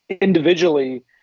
individually